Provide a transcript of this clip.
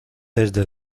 desde